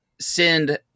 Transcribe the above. send